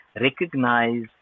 recognize